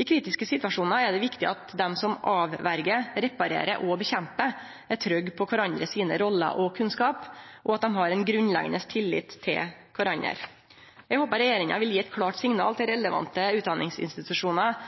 I kritiske situasjonar er det viktig at dei som hindrar, reparerer og kjempar mot, er trygge på kvarandre sine roller og kunnskap og at dei har ein grunnleggjande tillit til kvarandre. Eg håpar regjeringa vil gi eit klårt signal til relevante utdanningsinstitusjonar